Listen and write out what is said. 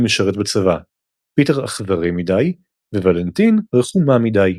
לשרת בצבא - פיטר אכזרי מדי וולנטיין רחומה מדי.